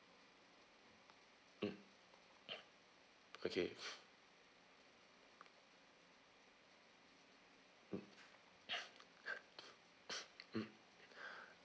mm okay mm mm